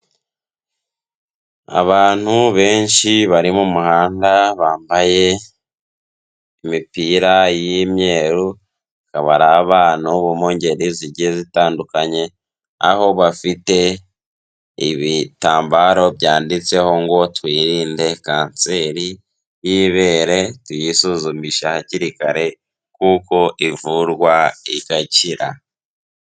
Abantu benshi bari mu muhanda, bambaye imipira y'imyeru, bakaba ari abantu bo mu ingeri zigiye zitandukanye, aho bafite ibitambaro byanditseho ngo: "Twirinde kanseri y'ibere tuyisuzumisha hakiri kare kuko ivurwa igakira".